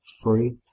free